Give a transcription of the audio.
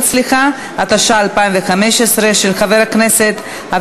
25 חברי כנסת.